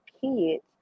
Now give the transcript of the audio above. kids